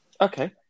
Okay